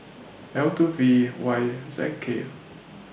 L two V Y Z K